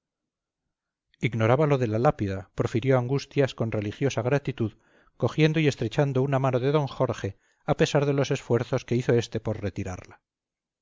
ignoraba lo de la lápida profirió angustias con religiosa gratitud cogiendo y estrechando una mano de don jorge a pesar de los esfuerzos que hizo éste por retirarla